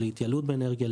להתייעלות באנרגיה,